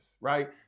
right